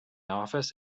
office